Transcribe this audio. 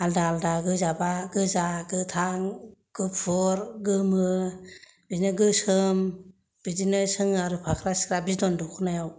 आलादा आलादा गोजाबा गोजा गोथां गुफुर गोमो बिदिनो गोसोम बिदिनो सोङो आरो फाख्रा सिख्रा बिदन दखनायाव